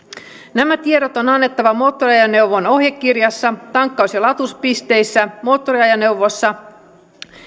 nämä tiedot on annettava moottoriajoneuvon ohjekirjassa tankkaus ja latauspisteissä moottoriajoneuvoissa